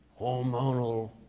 hormonal